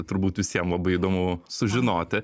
turbūt visiem labai įdomu sužinoti